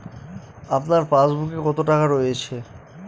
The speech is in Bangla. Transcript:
আপনার পাসবুকে কত টাকা রয়েছে?